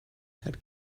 had